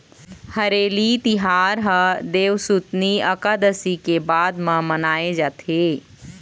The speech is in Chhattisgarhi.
हरेली तिहार ह देवसुतनी अकादसी के बाद म मनाए जाथे